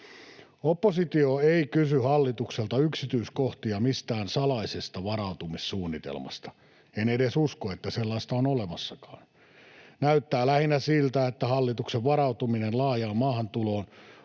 Oppositio ei kysy hallitukselta yksityiskohtia mistään salaisesta varautumissuunnitelmasta. En usko, että sellaista on edes olemassa. Näyttää lähinnä siltä, että hallituksen varautuminen laajaan maahantuloon